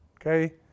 okay